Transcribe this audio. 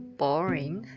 boring